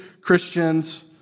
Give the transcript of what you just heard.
Christians